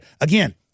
Again